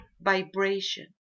vibration